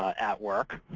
ah at work.